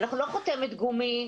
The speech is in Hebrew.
אנחנו לא חותמת גומי,